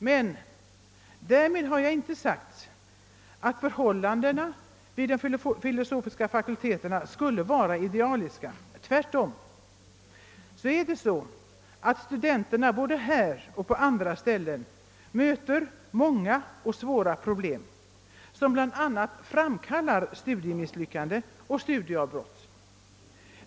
Med detta är inte sagt att förhållandena vid de filosofiska fakulteterna skulle vara idealiska. Tvärtom möter studenterna här liksom på andra ställen många och svåra problem, som bl.a. framkallar studiemisslyckanden och studieavbrott.